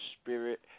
spirit